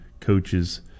coaches